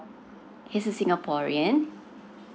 he's a singaporean